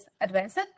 Advanced